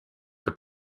for